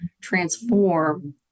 transform